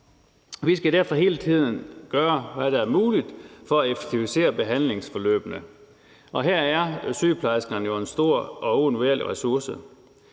Vi skal derfor hele tiden gøre, hvad der er muligt for at effektivisere behandlingsforløbene, og her er sygeplejerskerne jo en stor og uundværlig ressource.